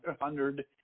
hundred